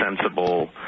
sensible